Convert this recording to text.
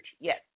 Yes